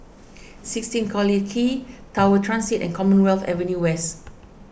sixteen Collyer Quay Tower Transit and Commonwealth Avenue West